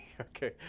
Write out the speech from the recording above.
Okay